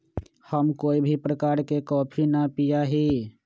हम कोई भी प्रकार के कॉफी ना पीया ही